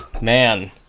Man